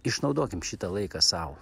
išnaudokim šitą laiką sau